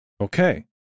Okay